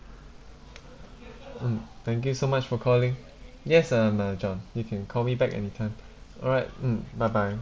mm thank you so much for calling yes ah I'm john you can call me back anytime alright mm bye bye